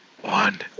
one